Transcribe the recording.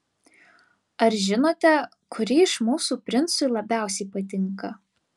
ar žinote kuri iš mūsų princui labiausiai patinka